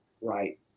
right